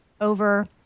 over